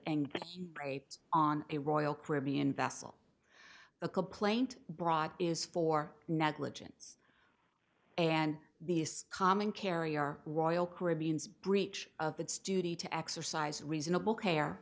and raped on a royal caribbean vessel a complaint brought is for negligence and the common carrier royal caribbean's breach of that's duty to exercise reasonable care